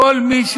כל מי,